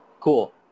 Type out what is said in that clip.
cool